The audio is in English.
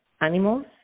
animals